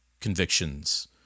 convictions